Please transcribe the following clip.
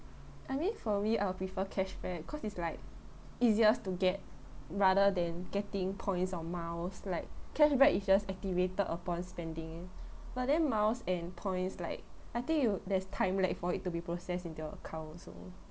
I mean for me I would prefer cashback cause it's like easiest to get rather than getting points or miles like cashback is just activated upon spending but then miles and points like I think it'll there's time lag for it to be processed into your account also